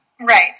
Right